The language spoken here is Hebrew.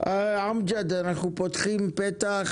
מה שייך לבן,